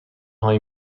هایی